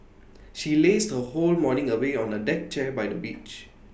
she lazed her whole morning away on A deck chair by the beach